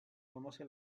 conoce